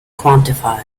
quantified